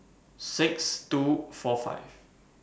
six two four five